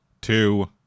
two